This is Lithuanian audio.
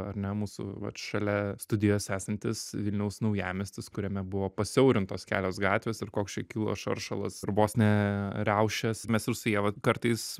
ar ne mūsų vat šalia studijos esantis vilniaus naujamiestis kuriame buvo pasiaurintos kelios gatvės ir koks čia kilo šaršalas ir vos ne riaušės mes ir su ieva kartais